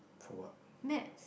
for what